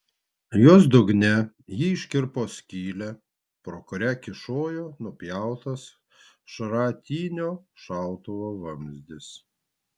jos dugne ji iškirpo skylę pro kurią kyšojo nupjautas šratinio šautuvo vamzdis